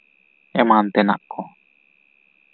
ᱮᱢᱟᱱ ᱛᱮᱱᱟᱜ ᱠᱚ